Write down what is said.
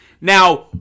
Now